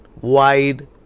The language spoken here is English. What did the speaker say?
wide